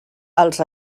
als